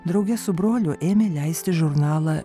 drauge su broliu ėmė leisti žurnalą